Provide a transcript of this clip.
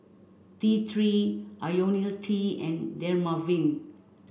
T Three Ionil T and Dermaveen